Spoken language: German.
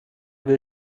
will